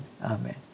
Amen